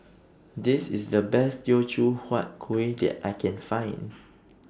This IS The Best Teochew Huat Kuih that I Can Find